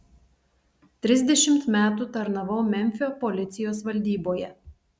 trisdešimt metų tarnavau memfio policijos valdyboje